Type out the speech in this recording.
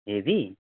ए दी